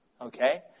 Okay